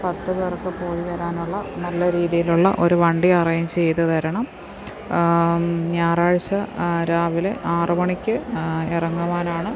പത്ത് പേർക്ക് പോയിവരാനുള്ള നല്ലരീതിയിലുള്ള ഒരു വണ്ടി അറേഞ്ച് ചെയ്ത് തരണം ഞാറാഴ്ച്ച രാവിലെ ആറുമണിക്ക് ഇറങ്ങുവാനാണ്